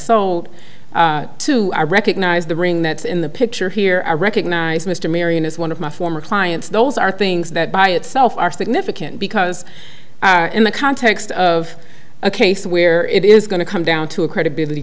sold to i recognize the ring that's in the picture here i recognize mr marion as one of my former clients those are things that by itself are significant because in the context of a case where it is going to come down to a credibility